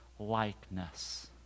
likeness